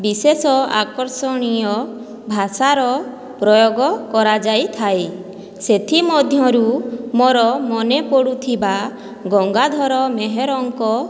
ବିଶେଷ ଆକର୍ଷଣୀୟ ଭାଷାର ପ୍ରୟୋଗ କରାଯାଇଥାଏ ସେଥିମଧ୍ୟରୁ ମୋର ମାନେ ପଡ଼ୁଥିବା ଗଙ୍ଗାଧର ମେହେରଙ୍କ